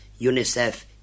UNICEF